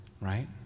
right